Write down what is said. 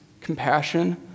compassion